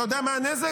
אתה יודע מה הנזק?